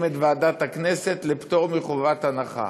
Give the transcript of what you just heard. את ועדת הכנסת לפטור מחובת הנחה.